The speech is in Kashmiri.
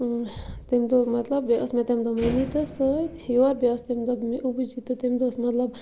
تَمہِ دۄہ مطلب بیٚیہِ ٲس مےٚ تَمہِ دۄہ ممی تہٕ سۭتۍ یور بیٚیہِ ٲس تمہِ دۄہ مےٚ ابوٗچی تہٕ تمہِ دۄہ اوس مطلب